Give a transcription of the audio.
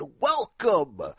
Welcome